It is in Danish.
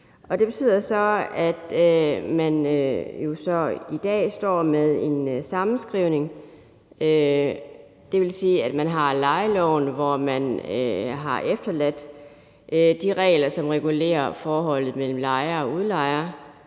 Det betyder så, at man i dag jo står med en sammenskrivning; det vil sige, at man har lejeloven, hvor man har efterladt de regler, som regulerer forholdet mellem lejer og udlejer